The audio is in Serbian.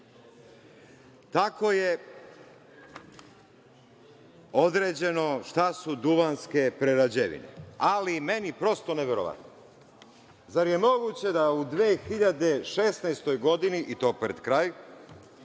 Tako je određeno šta su duvanske prerađevine, ali meni je prosto neverovatno. Zar je moguće da u 2016. godini i to pred kraj